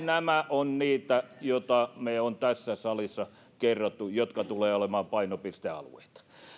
nämä ovat niitä joita me olemme tässä salissa kertoneet ja jotka tulevat olemaan painopistealueita